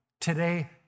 Today